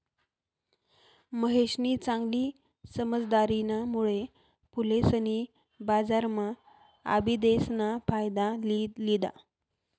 महेशनी चांगली समझदारीना मुळे फुलेसनी बजारम्हा आबिदेस ना फायदा लि लिदा